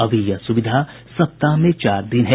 अभी यह सुविधा सप्ताह में चार दिन है